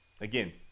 again